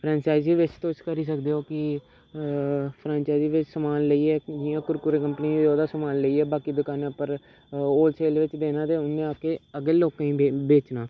franchise बिच्च तुस करी सकदे ओ कि फ्रैंचाइज बिच्च समान लेइयै जियां कुरकरे कंपनी ओह्दा समान लेइयै बाकी दकानें उप्पर होल सेल बिच्च देना दे उ'न्नै अग्गें अग्गें लोकें गी बे बेचना